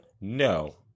No